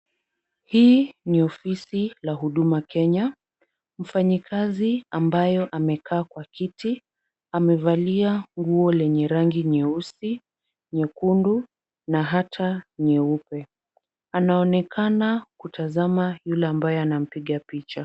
Hii ni ofisi la Huduma Kenya. Mfanyikazi ambayo amekaa kwa kiti amevalia nguo lenye rangi nyeusi, nyekundu na hata nyeupe. Anaonekana kutazama yule ambaye anampiga picha.